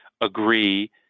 agree